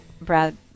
Brad